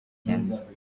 umukene